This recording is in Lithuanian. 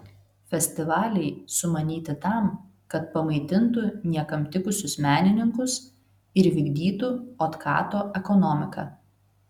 festivaliai sumanyti tam kad pamaitintų niekam tikusius menininkus ir vykdytų otkato ekonomiką